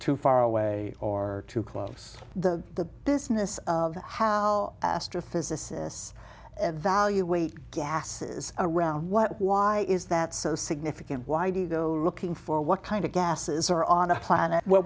too far away or too close the the business of how astrophysicists evaluate gases around what why is that so significant why do those looking for what kind of gases are on the planet whe